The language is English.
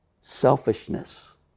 Selfishness